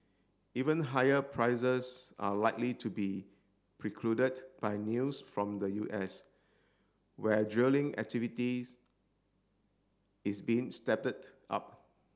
even higher prices are likely to be precluded by news from the U S where drilling activities is being up